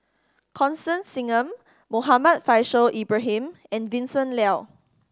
Constance Singam Muhammad Faishal Ibrahim and Vincent Leow